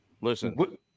Listen